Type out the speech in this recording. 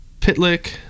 Pitlick